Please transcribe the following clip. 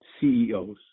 CEOs